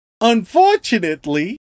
Unfortunately